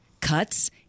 cuts